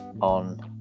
on